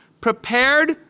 prepared